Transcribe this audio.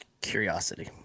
Curiosity